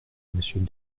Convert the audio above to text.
monsieur